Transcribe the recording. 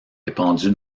répandu